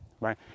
right